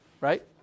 right